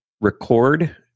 record